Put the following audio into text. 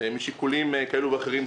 משיקולים כאלה ואחרים,